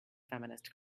feminist